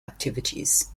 activities